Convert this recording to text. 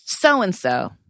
So-and-so